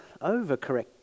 overcorrect